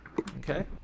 Okay